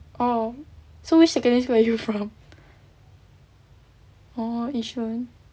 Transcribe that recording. oh so which secondary school are you from oh yishun